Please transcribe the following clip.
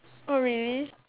oh really